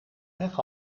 heg